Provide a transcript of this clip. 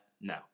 No